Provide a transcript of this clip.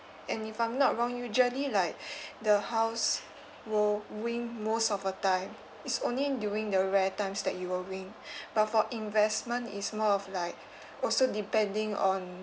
and if I'm not wrong usually like the house will win most of the time it's only during the rare times that you will win but for investment it's more of like also depending on